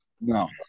No